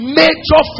major